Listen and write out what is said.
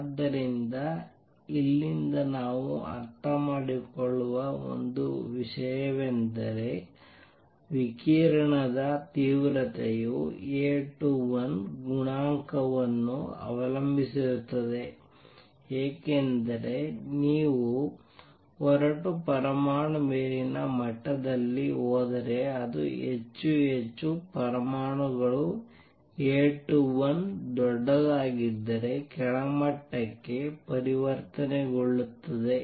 ಆದ್ದರಿಂದ ಇಲ್ಲಿಂದ ನಾವು ಅರ್ಥಮಾಡಿಕೊಳ್ಳುವ ಒಂದು ವಿಷಯವೆಂದರೆ ವಿಕಿರಣದ ತೀವ್ರತೆಯು A21 ಗುಣಾಂಕವನ್ನು ಅವಲಂಬಿಸಿರುತ್ತದೆ ಏಕೆಂದರೆ ನೀವು ಹೊರಟು ಪರಮಾಣು ಮೇಲಿನ ಮಟ್ಟದಲ್ಲಿ ಹೋದರೆ ಅದು ಹೆಚ್ಚು ಹೆಚ್ಚು ಪರಮಾಣುಗಳು A21 ದೊಡ್ಡದಾಗಿದ್ದರೆ ಕೆಳಮಟ್ಟಕ್ಕೆ ಪರಿವರ್ತನೆಗೊಳ್ಳುತ್ತದೆ